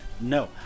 No